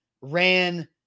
Ran